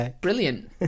brilliant